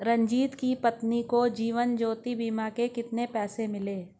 रंजित की पत्नी को जीवन ज्योति बीमा के कितने पैसे मिले?